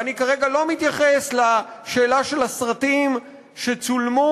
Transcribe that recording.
ואני כרגע לא מתייחס לשאלה של הסרטים שצולמו